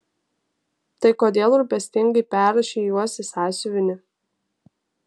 tai kodėl rūpestingai perrašei juos į sąsiuvinį